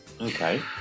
Okay